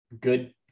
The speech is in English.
good